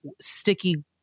sticky